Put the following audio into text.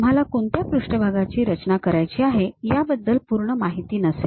आम्हाला कोणत्या पृष्ठभागाची रचना करायची आहे याबद्दल पूर्ण माहिती नसेल